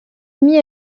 mit